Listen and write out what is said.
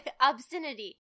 Obscenity